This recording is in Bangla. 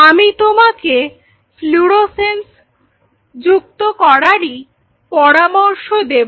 আমি তোমাকে ফ্লুরোসেন্স যুক্ত করারই পরামর্শ দেব